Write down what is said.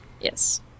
Yes